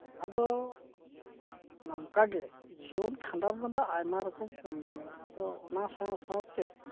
ᱟᱫᱚ ᱱᱚᱝᱠᱟ ᱜᱮ ᱡᱤᱭᱚᱱ ᱠᱷᱟᱸᱰᱟᱣ ᱨᱮᱱᱟᱜ ᱫᱚ ᱟᱭᱢᱟ ᱨᱚᱠᱚᱢ ᱠᱟᱹᱢᱤ ᱜᱮ ᱢᱮᱱᱟᱜᱼᱟ ᱟᱫᱚ ᱚᱱᱟ ᱥᱟᱶ ᱥᱟᱶᱛᱮ